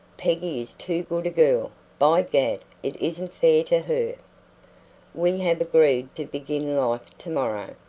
peggy is too good a girl. by gad, it isn't fair to her. we have agreed to begin life to-morrow.